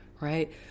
right